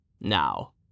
Now